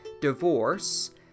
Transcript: divorce